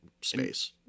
space